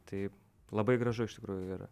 tai labai gražu iš tikrųjų yra